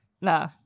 Nah